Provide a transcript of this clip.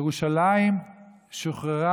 ירושלים שוחררה,